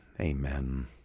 amen